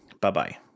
Bye-bye